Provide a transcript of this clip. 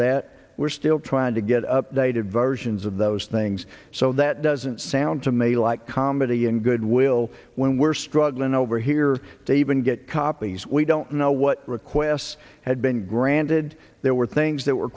that we're still trying to get updated versions of those things so that doesn't sound to me like comedy and goodwill when we're struggling over here to even get copies we don't know what requests had been granted there were things that were